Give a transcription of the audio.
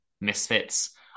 misfits